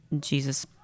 Jesus